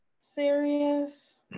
serious